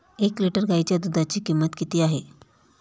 एक लिटर गाईच्या दुधाची किंमत किती आहे?